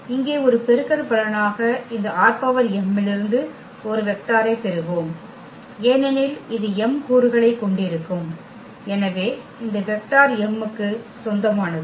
எனவே இங்கே ஒரு பெருக்கற்பலனாக இந்த ℝm இலிருந்து ஒரு வெக்டாரை பெறுவோம் ஏனெனில் இது m கூறுகளைக் கொண்டிருக்கும் எனவே இந்த வெக்டர் m க்கு சொந்தமானது